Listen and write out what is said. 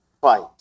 fight